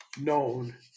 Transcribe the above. known